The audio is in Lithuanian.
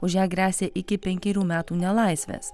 už ją gresia iki penkerių metų nelaisvės